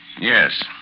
Yes